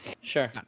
Sure